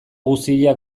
guzia